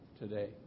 today